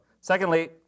Secondly